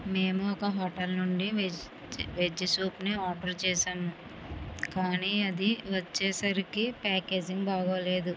మేము ఒక హోటల్ నుండి వెజ్ వెజ్ సూప్ని ఆర్డర్ చేశాను కానీ అది వచ్చేసరికి ప్యాకేజింగ్ బాగోలేదు